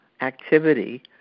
activity